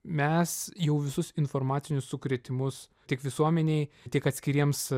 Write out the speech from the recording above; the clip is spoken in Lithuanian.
mes jau visus informacinius sukrėtimus tiek visuomenei tiek atskiriems